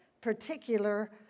particular